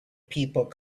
people